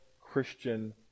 Christian